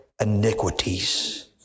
iniquities